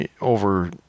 over